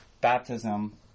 baptism